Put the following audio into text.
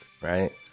right